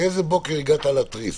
באיזה בוקר הגעת להתריס?